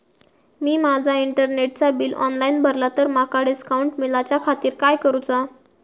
मी माजा इंटरनेटचा bill online भरला तर माका डिस्काउंट मिलाच्या खातीर काय करुचा?